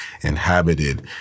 inhabited